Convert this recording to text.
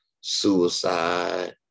suicide